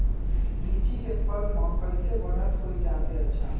लिचि क फल म कईसे बढ़त होई जादे अच्छा?